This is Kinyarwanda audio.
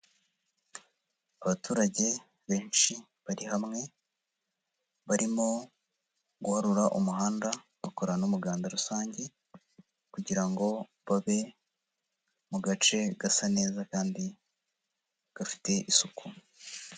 Abaturage benshi bari hamwe, barimo guharura umuhanda, bakora n'umuganda rusange, kugira ngo babe mu gace gasa neza, kandi gafite isuku.